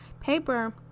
paper